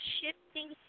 shifting